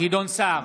גדעון סער,